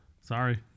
Sorry